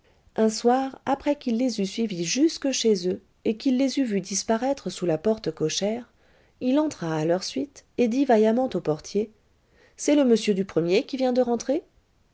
un soir après qu'il les eut suivis jusque chez eux et qu'il les eut vus disparaître sous la porte cochère il entra à leur suite et dit vaillamment au portier c'est le monsieur du premier qui vient de rentrer